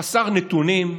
חסר נתונים,